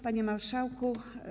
Panie Marszałku!